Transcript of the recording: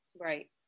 Right